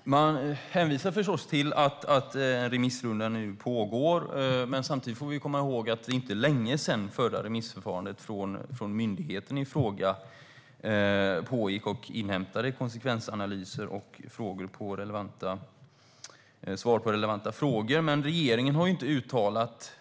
Herr talman! Man hänvisar förstås till att remissrundan nu pågår. Samtidigt får vi komma ihåg att det inte är länge sedan myndigheten genom sitt eget remissförfarande inhämtade konsekvensanalyser och svar på relevanta frågor. Men regeringen har egentligen inte uttalat